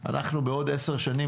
אנחנו בעוד עשר שנים,